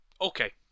Okay